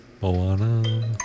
Moana